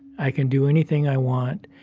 i can do anything i want.